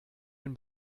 den